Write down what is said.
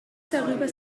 darüber